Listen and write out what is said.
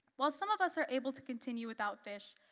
while some of us are able to continue without fish,